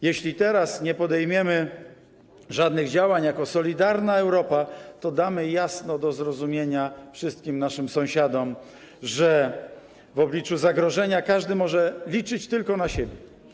Jeśli teraz nie podejmiemy żadnych działań jako solidarna Europa, to damy jasno do zrozumienia wszystkim naszym sąsiadom, że w obliczu zagrożenia każdy może liczyć tylko na siebie.